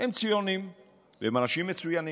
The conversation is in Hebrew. הם ציונים והם אנשים מצוינים.